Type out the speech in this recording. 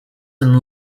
and